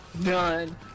None